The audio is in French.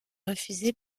refusé